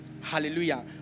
Hallelujah